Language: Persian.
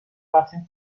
رفتیم